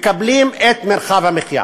ומקבלים את מרחב המחיה.